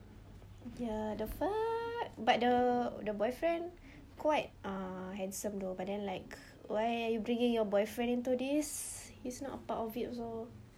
ya the fuck but the the boyfriend quite uh handsome though but then like why are you bringing your boyfriend into this he's not a part of it also